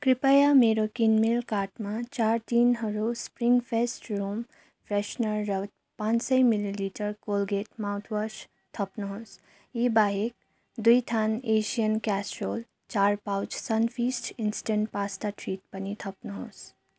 कृपया मेरो किनमेल कार्टमा चार टिनहरू स्प्रिङ फेस्ट रुम फ्रेसनर र पाँच सय मिलिलिटर कोलगेट माउथवास थप्नुहोस् यी बाहेक दुई थान एसियन क्यासरोल चार pouch Sunfeast instant pasta treat पनि थप्नुहोस्